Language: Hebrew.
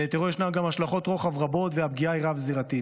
אלא לטרור ישנן גם השלכות רוחב רבות והפגיעה היא רב-זירתית,